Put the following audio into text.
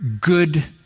good